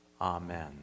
Amen